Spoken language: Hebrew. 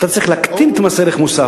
אתה צריך להקטין את מס ערך מוסף,